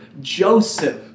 Joseph